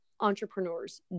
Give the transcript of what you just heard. entrepreneurs